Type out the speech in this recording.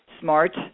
SMART